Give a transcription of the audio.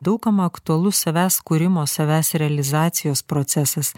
daug kam aktualu savęs kūrimo savęs realizacijos procesas